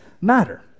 matter